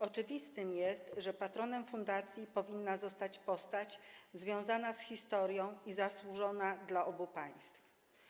Oczywiste jest, że patronem fundacji powinna zostać postać związana z historią i zasłużona dla obu państw.